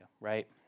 right